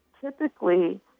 Typically